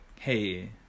hey